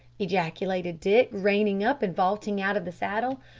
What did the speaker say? ejaculated dick, reining up, and vaulting out of the saddle.